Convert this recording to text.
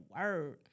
word